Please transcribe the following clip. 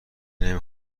نمی